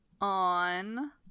on